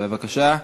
בבקשה.